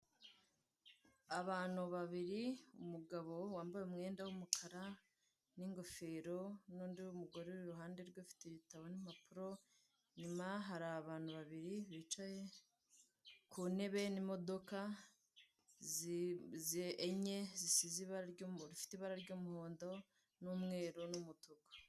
Abantu babiri umugabo wambaye umwenda wumukara n'ingofero nundi w'umugore iruhande rwe afite ibitabo n'impapuro, inyuma hari abantu babiri bicaye ku ntebe n'imodoka enye zisize ibara ry'umu rifite ibara ry'umuhondo n'umweru n'umutuku.